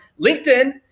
linkedin